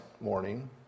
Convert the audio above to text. morning